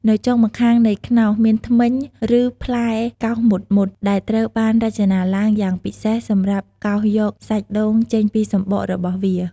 នៅចុងម្ខាងនៃខ្នោសមានធ្មេញ ឬផ្លែកោសមុតៗ ដែលត្រូវបានរចនាឡើងយ៉ាងពិសេសសម្រាប់កោសយកសាច់ដូងចេញពីសម្បករបស់វា។